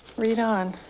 read on.